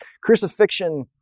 Crucifixion